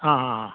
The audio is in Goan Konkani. आं हा हा